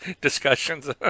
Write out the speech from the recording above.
discussions